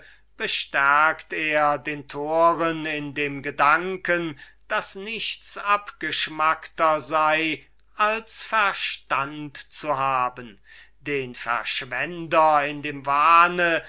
bestärkt er den toren in dem gedanken daß nichts abgeschmackter sei als verstand haben den verschwender in dem wahn